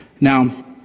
Now